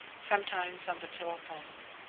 sometimes on the telephone.